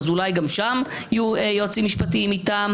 אז אולי גם שם יהיו יועצים משפטיים מטעם?